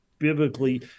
Biblically